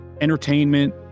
entertainment